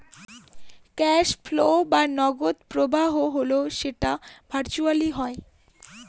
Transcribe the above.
cash flow বা নগদ প্রবাহ হল যেটা ভার্চুয়ালি হয়